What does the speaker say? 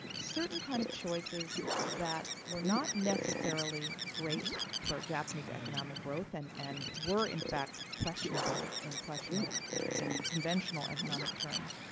certain kind of choices that we're not necessarily great for japanese economic growth and and were, in fact, questionable in questionable in conventional economic terms.